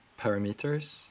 parameters